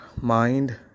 mind